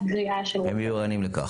הם יהיו ערניים לכך.